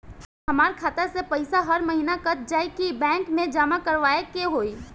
हमार खाता से पैसा हर महीना कट जायी की बैंक मे जमा करवाए के होई?